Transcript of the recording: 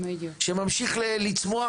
שימשיך לצמוח.